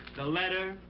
the letter.